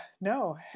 no